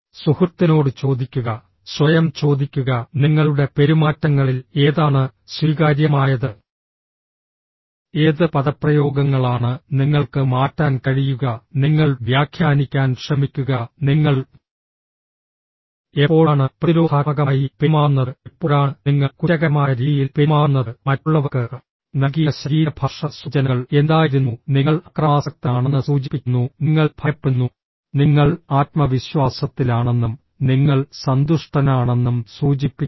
സുഹൃത്തിനോട് ചോദിക്കുക സ്വയം ചോദിക്കുക നിങ്ങളുടെ പെരുമാറ്റങ്ങളിൽ ഏതാണ് സ്വീകാര്യമായത് ഏത് പദപ്രയോഗങ്ങളാണ് നിങ്ങൾക്ക് മാറ്റാൻ കഴിയുക നിങ്ങൾ വ്യാഖ്യാനിക്കാൻ ശ്രമിക്കുക നിങ്ങൾ എപ്പോഴാണ് പ്രതിരോധാത്മകമായി പെരുമാറുന്നത് എപ്പോഴാണ് നിങ്ങൾ കുറ്റകരമായ രീതിയിൽ പെരുമാറുന്നത് മറ്റുള്ളവർക്ക് നൽകിയ ശരീരഭാഷ സൂചനകൾ എന്തായിരുന്നു നിങ്ങൾ അക്രമാസക്തനാണെന്ന് സൂചിപ്പിക്കുന്നു നിങ്ങൾ ഭയപ്പെടുന്നു നിങ്ങൾ ആത്മവിശ്വാസത്തിലാണെന്നും നിങ്ങൾ സന്തുഷ്ടനാണെന്നും സൂചിപ്പിക്കുന്നു